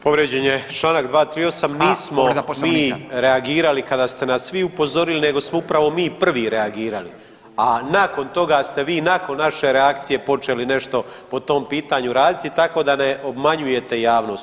Povrijeđen je čl. 238 [[Upadica: A povreda Poslovnika]] nismo mi reagirali kada ste nas vi upozorili nego smo upravo mi prvi reagirali, a nakon toga ste vi nakon naše reakcije počeli nešto po tom pitanju raditi, tako da ne obmanjujete javnost.